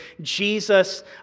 Jesus